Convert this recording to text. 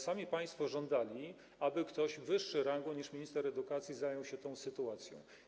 Sami państwo żądali, aby ktoś wyższy rangą niż minister edukacji zajął się tą sprawą.